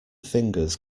fingers